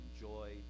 joy